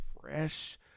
fresh